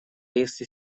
если